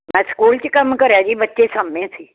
ਮੈਂ ਸਕੂਲ 'ਚ ਕੰਮ ਕਰਿਆ ਜੀ ਬੱਚੇ ਸਾਂਭੇ ਅਸੀਂ